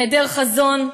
בהיעדר חזון,